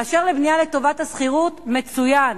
באשר לבנייה לטובת השכירות, מצוין.